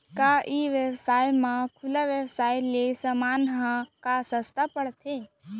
का ई व्यवसाय म खुला व्यवसाय ले समान ह का सस्ता पढ़थे?